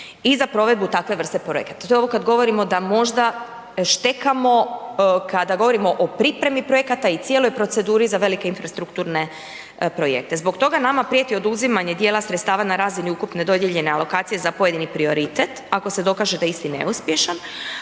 i za provedbu takve vrste projekata. To je ovo govorimo da možda štekamo kada govorimo o pripremi projekata i cijeloj proceduri za velike infrastrukturne projekte. Zbog toga nama prijeti oduzimanje djela sredstva na razini ukupne dodijeljene alokacije za pojedini prioritet ako se dokaže da je isti neuspješan,